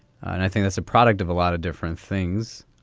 and i think that's a product of a lot of different things.